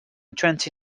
twenty